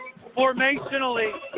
formationally